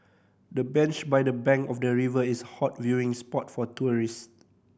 the bench by the bank of the river is hot viewing spot for tourist